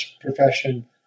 profession